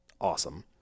awesome